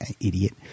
idiot